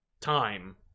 time